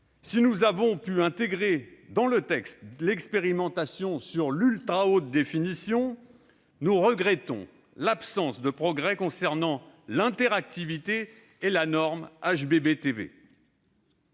Si nous avons pu intégrer dans le texte l'expérimentation de l'ultra haute définition, ou UHD, nous regrettons l'absence de progrès concernant l'interactivité et la norme,